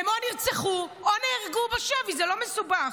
הם או נרצחו או נהרגו בשבי, זה לא מסובך.